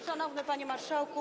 Szanowny Panie Marszałku!